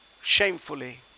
Shamefully